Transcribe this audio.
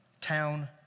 town